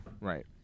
Right